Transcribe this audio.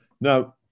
Now